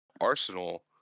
Arsenal